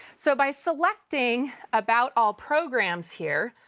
so, by selecting about all programs here,